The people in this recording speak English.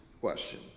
question